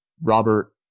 Robert